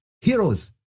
heroes